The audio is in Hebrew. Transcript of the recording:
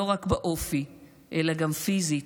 לא רק באופי אלא גם פיזית,